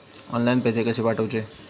Online पैसे कशे पाठवचे?